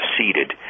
seated